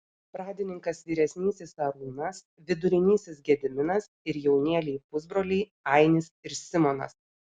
pradininkas vyresnysis arūnas vidurinysis gediminas ir jaunėliai pusbroliai ainis ir simonas